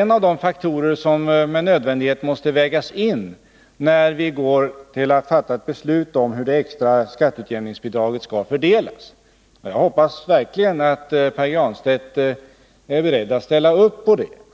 en av de faktorer som med nödvändighet måste vägas in när vi går att fatta beslut om hur det extra skatteutjämningsbidraget skall fördelas. Jag hoppas verkligen att Pär Granstedt är beredd att vara med på det.